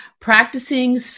Practicing